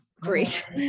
great